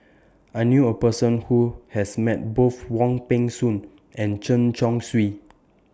I knew A Person Who has Met Both Wong Peng Soon and Chen Chong Swee